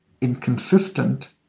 inconsistent